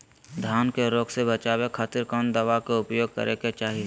धान के रोग से बचावे खातिर कौन दवा के उपयोग करें कि चाहे?